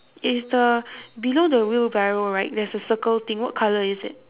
is the below the wheelbarrow right is a circle thing what colour is it